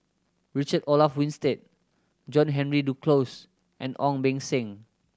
Richard Olaf Winstedt John Henry Duclos and Ong Beng Seng